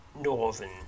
northern